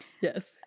Yes